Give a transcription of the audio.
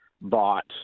bought